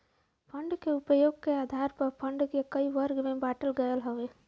fund क उपयोग क आधार पर फण्ड क कई वर्ग में बाँटल गयल हउवे